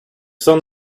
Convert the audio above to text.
sun